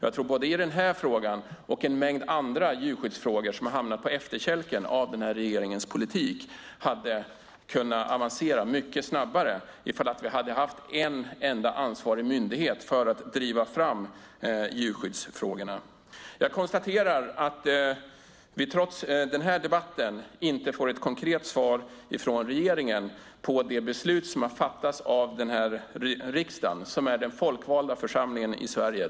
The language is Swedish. Jag tror att både den här och en mängd andra djurskyddsfrågor som har hamnat på efterkälken genom regeringens politik hade kunnat avancera mycket snabbare ifall vi hade haft en enda ansvarig myndighet för att driva fram djurskyddsfrågorna. Jag konstaterar att jag trots den här debatten inte får ett konkret svar från regeringen om det beslut som har fattats av riksdagen som är den folkvalda församlingen i Sverige.